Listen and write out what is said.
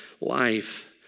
life